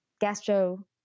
gastro